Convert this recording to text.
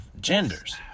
genders